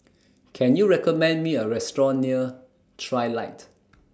Can YOU recommend Me A Restaurant near Trilight